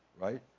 right